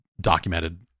documented